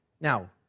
now